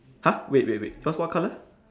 !huh! wait wait wait yours what colour